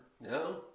no